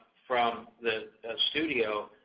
from the studio,